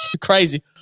Crazy